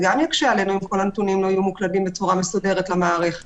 זה גם יקשה עלינו אם כל הנתונים לא יהיו מוקלדים בצורה מסודרת למערכת.